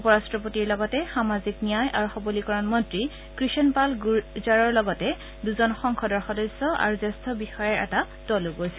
উপৰাট্টপতিৰ লগত সামাজিক ন্যায় আৰু সবলীকৰণ মন্ত্ৰী কৃষণ পাল গুৰজাৰৰ লগতে দুজন সংসদৰ সদস্য আৰু জ্যেষ্ঠ বিষয়াৰ এটা দলো গৈছে